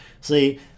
See